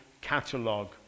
catalogue